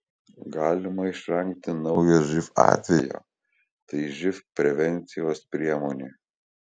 galima išvengti naujo živ atvejo tai živ prevencijos priemonė